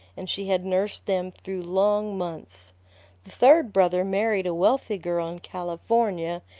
and she had nursed them through long months. the third brother married a wealthy girl in california,